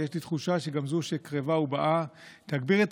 ויש לי תחושה שגם זו שקרבה ובאה תגביר את